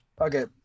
Okay